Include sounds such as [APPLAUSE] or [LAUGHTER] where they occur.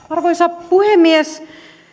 [UNINTELLIGIBLE] arvoisa puhemies